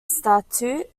statute